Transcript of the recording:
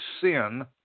sin